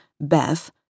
Beth